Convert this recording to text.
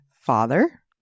father